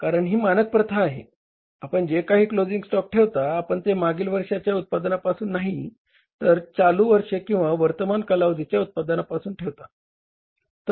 कारण ही मानक प्रथा आहे आपण जे काही क्लोजिंग स्टॉक ठेवता आपण ते मागील वर्षाच्या उत्पादनापासून नाही तर चालू वर्ष किंवा वर्तमान कालावधीच्या उत्पादनापासूनच ठेवता